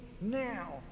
now